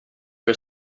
are